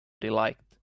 delight